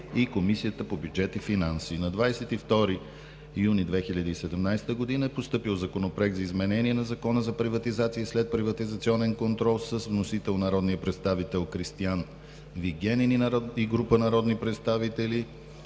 на Комисията по бюджет и финанси. На 22 юни 2017 г. е постъпил Законопроект за изменение на Закона за приватизация и следприватизационен контрол с вносители народния представител Кристиан Вигенин и група народни представители. Разпределен